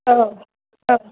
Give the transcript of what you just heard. औ औ